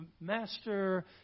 master